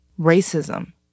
racism